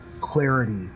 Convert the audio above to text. clarity